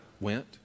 went